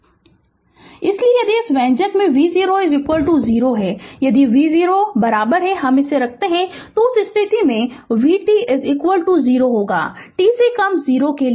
Refer Slide Time 0751 इसलिए यदि इस व्यंजक में v0 0 है यदि v0 हम इसे रखते हैं तो उस स्थिति में vt 0 होगा t से कम 0 के लिए